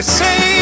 say